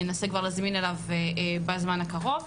ננסה כבר להזמין אליו בזמן הקרוב,